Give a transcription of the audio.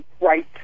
right